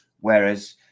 Whereas